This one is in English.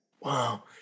Wow